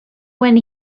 when